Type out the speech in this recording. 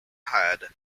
hired